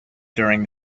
during